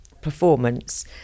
performance